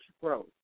growth